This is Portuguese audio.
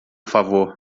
favor